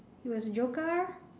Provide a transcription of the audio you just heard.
he was joker